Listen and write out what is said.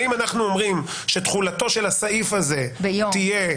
האם אנחנו אומרים שתחולתו של הסעיף הזה תהיה